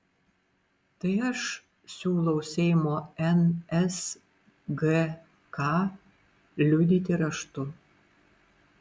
tai aš siūliau seimo nsgk liudyti raštu